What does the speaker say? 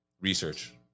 research